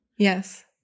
Yes